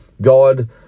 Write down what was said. God